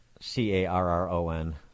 C-A-R-R-O-N